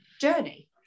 journey